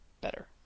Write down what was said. better